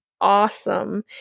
awesome